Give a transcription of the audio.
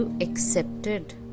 accepted